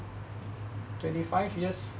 twenty five years